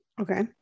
Okay